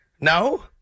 No